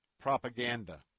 propaganda